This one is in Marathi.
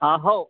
हा हो